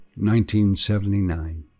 1979